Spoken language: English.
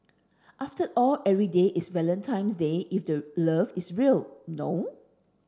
after all every day is Valentine's Day if the love is real no